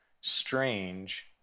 strange